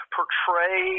portray